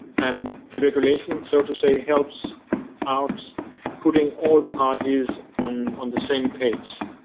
and the regulations, so to say, helps out putting all parties on on the same page.